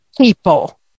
people